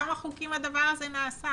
בכמה חוקים הדבר הזה נעשה.